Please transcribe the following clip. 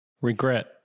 Regret